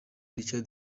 richard